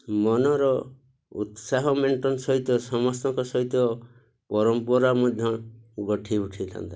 ମନର ଉତ୍ସାହ ମେଣ୍ଟନ ସହିତ ସମସ୍ତଙ୍କ ସହିତ ପରମ୍ପରା ମଧ୍ୟ ଗଢ଼ି ଉଠିଥାନ୍ତା